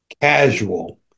casual